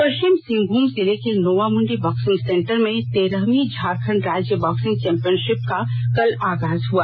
पश्चिम सिंहभूम जिले के Noamundi boxing centre में तेरहवीं झारखंड राज्य बॉक्सिंग चैंपियनशिप का कल आगाज हुआ